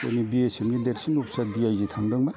जोंनि B S एफनि देरसिन अफिसार दि आइ जों थांदोंमोन